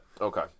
Okay